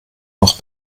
noch